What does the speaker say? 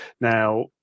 now